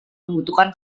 membutuhkan